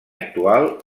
actual